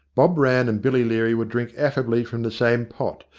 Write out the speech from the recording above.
bob rann and billy leary would drink affably from the same pot,